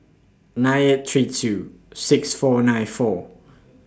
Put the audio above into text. nine eight three two six four nine four